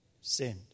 sinned